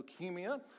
leukemia